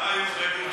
למה יוחרגו?